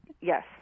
Yes